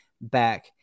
back